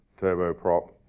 turboprop